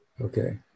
Okay